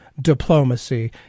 diplomacy